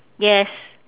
yes